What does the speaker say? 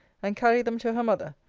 and carry them to her mother.